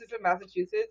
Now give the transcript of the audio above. Massachusetts